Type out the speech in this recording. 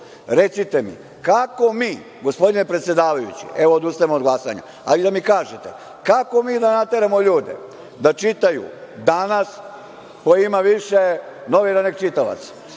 Recite mi kako mi, gospodine predsedavajući, evo odustajem od glasanja, ali da mi kažete, kako mi da nateramo ljude da čitaju „Danas“ koji ima više novina nego čitalaca,